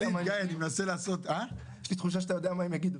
אני מנסה לעשות --- יש לי תחושה שאתה יודע מה הם יגידו.